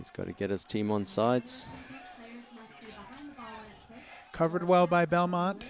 he's got to get his team on sides covered well by belmont